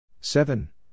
seven